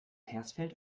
hersfeld